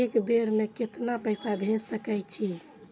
एक बेर में केतना पैसा भेज सके छी?